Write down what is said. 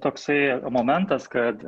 toksai momentas kad